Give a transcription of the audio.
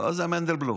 כל זה מנדלבלוף,